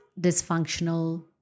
dysfunctional